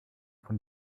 von